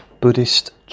Buddhist